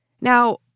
Now